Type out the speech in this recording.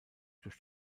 durch